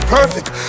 Perfect